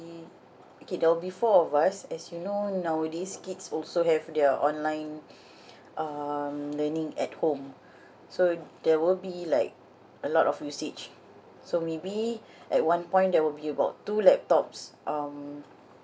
okay there will be four of us as you know nowadays kids also have their online um learning at home so there will be like a lot of usage so maybe at one point there will be about two laptops um